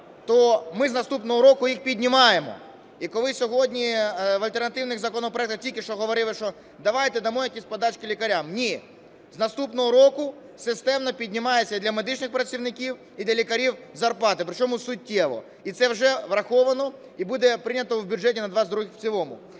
то ми з наступного року їх піднімаємо. І коли сьогодні в альтернативних законопроектах тільки що говорили, що давайте дамо якісь подачки лікарям – ні. З наступного року системно піднімаються для медичних працівників і для лікарів зарплати, причому суттєво. І це вже враховано, і буде прийнято в бюджеті на 22-й рік в цілому.